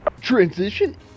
Transition